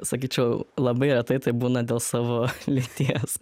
sakyčiau labai retai taip būna dėl savo lyties